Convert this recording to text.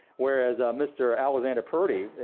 whereas mr. alexander purdie,